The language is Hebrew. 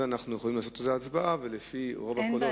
אז אנחנו יכולים לעשות על זה הצבעה ולפי רוב הקולות,